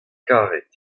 karet